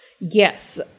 Yes